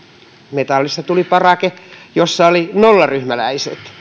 metallissa tuli parake jossa oli nollaryhmäläiset